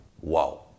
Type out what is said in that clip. Wow